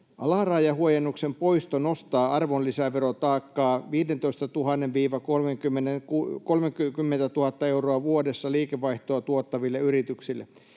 Alarajahuojennuksen poisto nostaa arvonlisäverotaakkaa 15 000—30 000 euroa vuodessa liikevaihtoa tuottaville yrityksille.